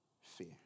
fear